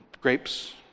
Grapes